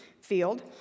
Field